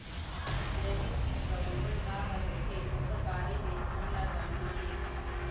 जैविक कीट प्रबंधन का हर होथे ओकर बारे मे हमन ला जानना हे?